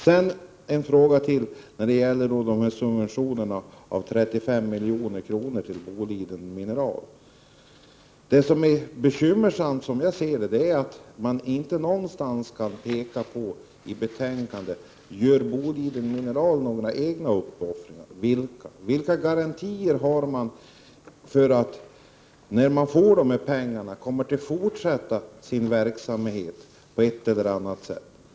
Sedan en fråga till, om subventionen på 35 milj.kr. till Boliden Mineral. Det som är bekymmersamt, som jag ser det, är att man inte någonstans i betänkandet kan peka på att Boliden Mineral gör några egna uppoffringar. Vilka garantier finns det för att företaget, när det får pengarna, kommer att fortsätta sin verksamhet på ett eller annat sätt?